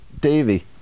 Davy